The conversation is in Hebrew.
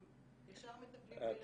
הם ישר מטפלים בילדים.